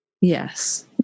Yes